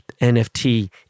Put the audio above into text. NFT